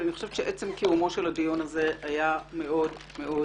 אני חושבת שעצם קיום הדיון היה מאוד חשוב.